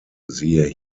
siehe